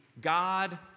God